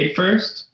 first